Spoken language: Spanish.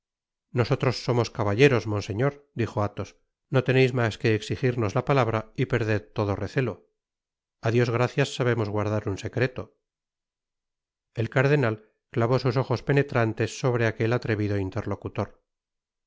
nosotros somos caballeros monseñor dijo athos no teneis mas que eiijirnos la palabra y perded todo recelo a dios gracias sabemos guardar un secreto el cardenal clavó sus ojos penetrantes sobre aquel atrevido interlocutor